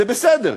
זה בסדר.